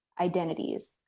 identities